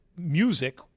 Music